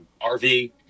RV